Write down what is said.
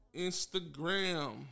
Instagram